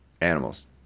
Animals